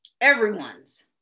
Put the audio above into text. Everyone's